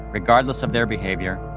regardless of their behavior,